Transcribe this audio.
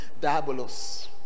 diabolos